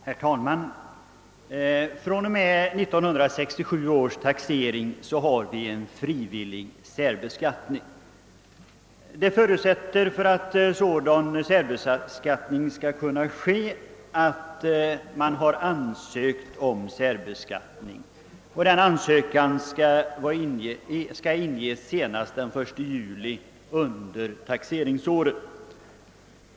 Herr talman! Från och med 1967 års taxering har vi frivillig särbeskattning. För att sådan skall kunna ske förutsättes att ansökan om särbeskattning inlämnats senast den 1 juli under taxeringsåret.